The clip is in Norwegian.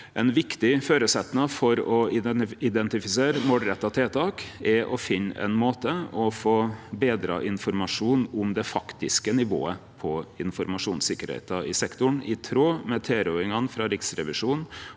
Ein viktig føresetnad for å identifisere målretta tiltak er å finne ein måte å få betre informasjon om det faktiske nivået på informasjonssikkerheita i sektoren på, i tråd med tilrådingane frå Riksrevisjonen.